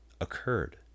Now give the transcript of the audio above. occurred